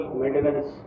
maintenance